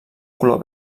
color